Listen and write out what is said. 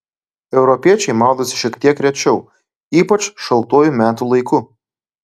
europiečiai maudosi šiek tiek rečiau ypač šaltuoju metų laiku